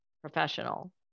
professional